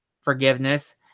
forgiveness